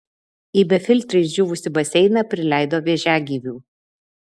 į befiltrį išdžiūvusį baseiną prileido vėžiagyvių